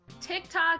TikTok